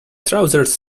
trousers